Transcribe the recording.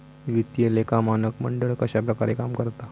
वित्तीय लेखा मानक मंडळ कश्या प्रकारे काम करता?